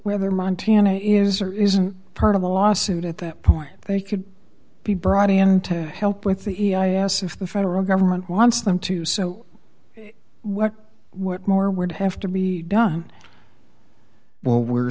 whether montana is or isn't part of a lawsuit at that point they could be brought in to help with the e i a s if the federal government wants them to so what what more would have to be done well we're